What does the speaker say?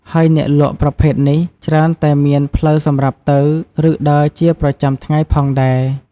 ហើយអ្នកលក់ប្រភេទនេះ ច្រើនតែមានផ្លូវសម្រាប់ទៅ ឬដើរជាប្រចាំថ្ងៃផងដែរ។